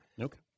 Okay